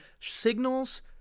signals